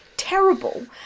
terrible